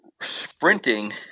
sprinting